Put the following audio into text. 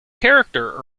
character